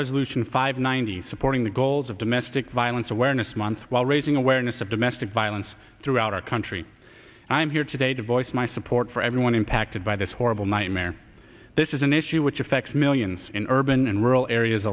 resolution five ninety supporting the goals of domestic violence awareness month while raising awareness of domestic violence throughout our country i'm here today to voice my support for everyone impacted by this horrible nightmare this is an issue which affects millions in urban and rural areas